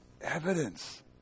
evidence